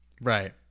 right